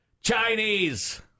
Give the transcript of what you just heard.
Chinese